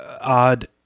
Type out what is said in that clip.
odd